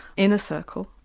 in a circle,